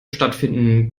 stattfinden